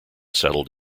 settled